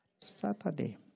Saturday